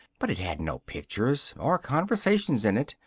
but it had no pictures or conversations in it,